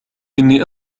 إني